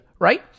right